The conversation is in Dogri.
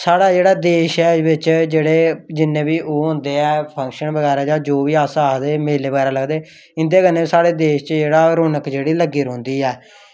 साढ़ा जेह्ड़ा देश ऐ बिच्च जेह्ड़े जियां कि ओह् होंदे ऐ फंक्शन बगैरा जां जो बी अस आक्खगे मेले बगैरा लगदे इं'दे कन्नै साढ़े देश च जेह्ड़ा ऐ रौनक जेह्ड़ी ऐ लग्गी रौंह्दी ऐ